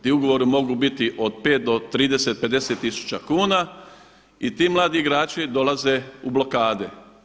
Ti ugovori mogu biti od 5 do 30, 50 tisuća kuna i ti mladi igrači dolaze u blokade.